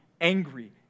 angry